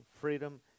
freedom